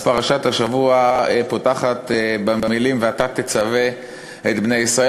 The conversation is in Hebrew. אז פרשת השבוע פותחת במילים "ואתה תצוה את בני ישראל".